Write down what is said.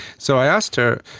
so i asked her,